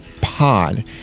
pod